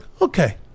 okay